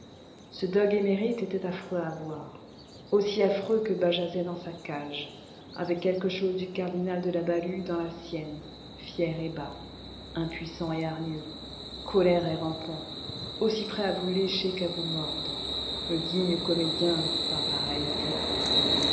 ce dogue émérite était affreux à voir aussi affreux que bajazet dans sa cage avec quelque chose du cardinal de la balue dans la sienne fier et bas impuissant et hargneux colère et rampant aussi prêt à vous lécher qu'à vous mordre le digne comédien d'un pareil théâtre